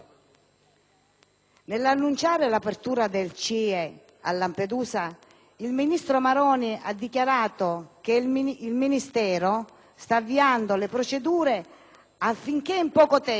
Nell'annunciare l'apertura del CIE a Lampedusa, il ministro Maroni ha dichiarato che il Ministero sta avviando le procedure affinché in poco tempo